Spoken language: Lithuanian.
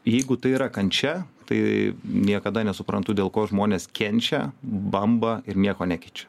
jeigu tai yra kančia tai niekada nesuprantu dėl ko žmonės kenčia bamba ir nieko nekeičia